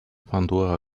pandora